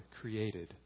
created